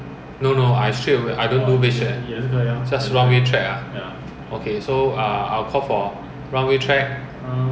senior [one] they may bo chup already